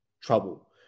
trouble